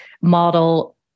model